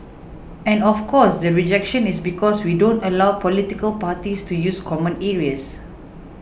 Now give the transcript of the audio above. and of course the rejection is because we don't allow political parties to use common areas